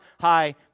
high